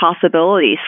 possibilities